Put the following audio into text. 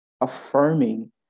affirming